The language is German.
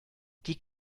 die